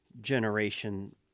generation